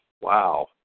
Wow